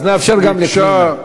אז נאפשר גם לפנינה.